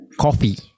coffee